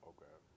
Okay